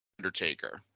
undertaker